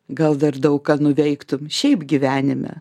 gal dar daug ką nuveiktum šiaip gyvenime